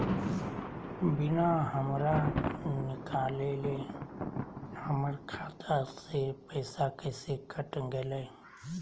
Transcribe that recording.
बिना हमरा निकालले, हमर खाता से पैसा कैसे कट गेलई?